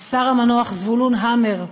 השר המנוח זבולון המר,